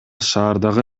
шаардагы